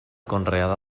conreada